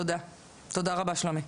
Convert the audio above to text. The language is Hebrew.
תודה רבה, שלומי.